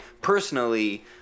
personally